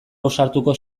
ausartuko